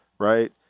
Right